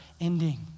ending